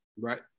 Right